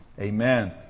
amen